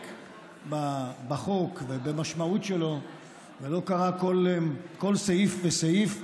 בחוק ובמשמעות שלו ולא קרא כל סעיף וסעיף,